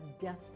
death